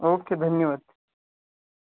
okay धन्यवाद